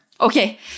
Okay